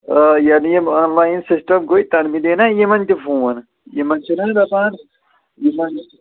آ یَنہٕ یِم آن لایِن سِسٹَم گوٚے تَنہٕ مِلے نَہ یِمَن تہِ فون یِمَن چھِنَہ گژھان یِمَن